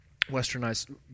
westernized